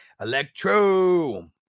Electro